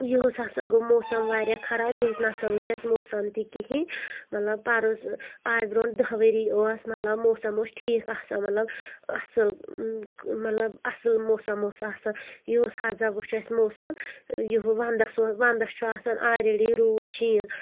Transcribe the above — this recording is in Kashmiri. یہُس ہسا گوٚو موسم واریاہ خراب یہُس نسا وُچھ اَسہِ موسم تہِ کِہیٖنۍ مطلب پَرُس آز برونٛٹھ دہ ؤری اوس مطلب موسم اوس ٹھیٖک آسان مطلب اَصٕل مطلب اَصٕل موسم اوس آسان یہُس ہسا وٕچھ اَسہِ موسم یِہ وَندَس ونٛدس چھُ آسان آلریڈی روٗد شیٖن